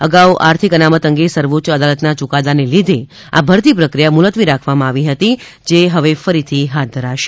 અગાઉ આર્થિક અનામત અંગે સર્વોચ્ય અદાલત ના યુકાદા ને લીધે આ ભરતી પ્રક્રિયા મુલતવી રાખવામા આવી હતી જે હવે ફરીથી હાથ ધરાશે